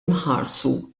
nħarsu